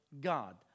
God